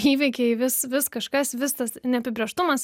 įvykiai vis vis kažkas vis tas neapibrėžtumas